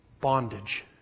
bondage